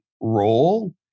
role